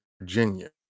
Virginia